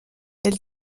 elle